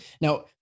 Now